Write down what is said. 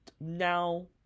now